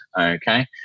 Okay